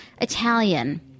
Italian